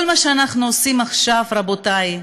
כל מה שאנחנו עושים עכשיו, רבותי,